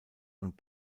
und